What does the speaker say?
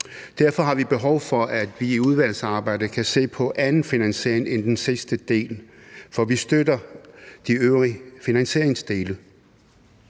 Derfor har vi behov for, at vi i udvalgsarbejdet kan se på en anden finansiering end den sidste del, for vi støtter de øvrige finansieringsdele.